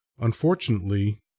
Unfortunately